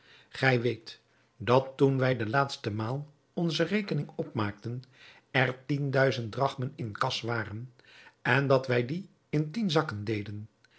gij weet dat toen wij de laatste maal onze rekening opmaakten er tien duizend drachmen in kas waren en dat wij die in tien zakken deden